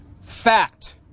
Fact